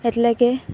એટલે કે